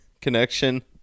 Connection